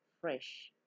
fresh